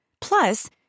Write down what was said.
Plus